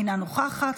אינה נוכחת,